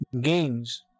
games